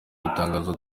gutangaza